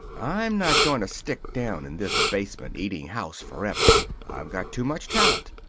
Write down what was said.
i'm not going to stick down in this basement eating house forever. i've got too much talent.